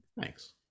Thanks